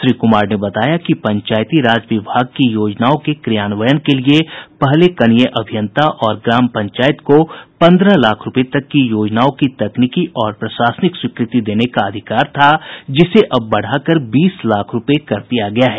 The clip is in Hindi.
श्री कुमार ने बताया कि पंचायती राज विभाग की योजनाओं के क्रियान्वयन के लिए पहले कनीय अभियंता और ग्राम पंचायत को पंद्रह लाख रुपये तक की योजनाओं की तकनीकी और प्रशासनिक स्वीकृति देने का अधिकार था जिसे अब बढ़ाकर बीस लाख रुपये कर दिया गया है